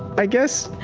i guess,